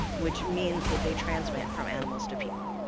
which means that they transmit from animals to people.